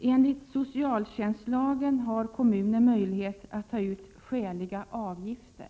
Enligt socialtjänstlagen har kommunen möjlighet att ta ut skäliga avgifter.